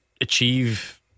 achieve